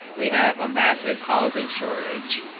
we have a massive housing shortage